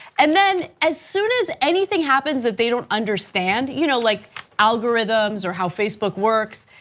and then as soon as anything happens that they don't understand, you know, like algorithms or how facebook works,